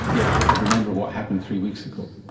yet they could remember what happened three weeks ago.